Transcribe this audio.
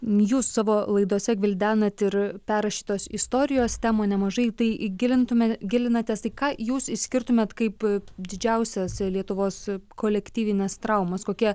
jūs savo laidose gvildenat ir perrašytos istorijos temų nemažai tai įgilintume gilinatės į ką jūs išskirtumėt kaip didžiausias lietuvos kolektyvines traumas kokie